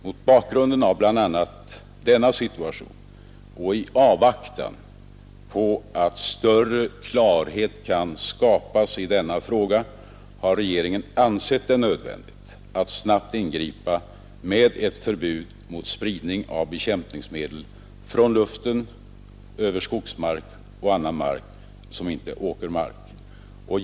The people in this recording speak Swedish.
Mot bakgrunden av bl.a. denna situation och i avvaktan på att större klarhet kan skapas i denna fråga har regeringen ansett det nödvändigt att snabbt ingripa med ett förbud mot spridning av bekämpningsmedel från luften över skogsmark och annan mark som inte är åkermark.